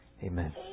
Amen